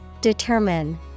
Determine